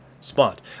spot